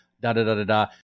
da-da-da-da-da